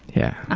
yeah.